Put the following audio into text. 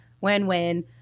win-win